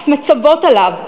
אף מצוות עליו,